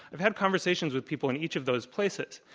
i've had conversations with people in each of those places.